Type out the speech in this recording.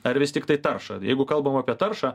ar vis tiktai taršą jeigu kalbam apie taršą